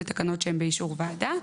אלה הן תקנות שהן באישור הוועדה,